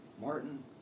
Martin